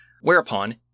whereupon